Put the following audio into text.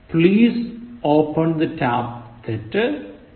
Please open the tap തെറ്റ്